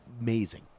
amazing